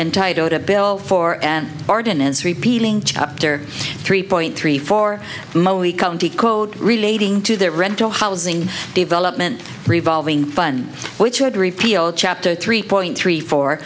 entitled a bill for an ordinance repealing chapter three point three four mostly county code relating to their rental housing development revolving fund which would repeal chapter three point three four